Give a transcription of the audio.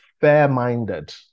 fair-minded